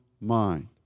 mind